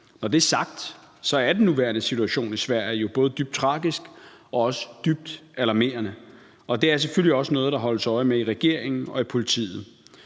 Når det er sagt, er den nuværende situation i Sverige både dybt tragisk og dybt alarmerende. Det er selvfølgelig også noget, der holdes øje med i regeringen og i politiet.